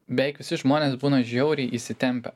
beveik visi žmonės būna žiauriai įsitempę